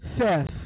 Seth